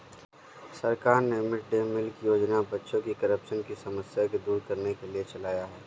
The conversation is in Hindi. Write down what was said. सरकार ने मिड डे मील योजना बच्चों में कुपोषण की समस्या को दूर करने के लिए चलाया है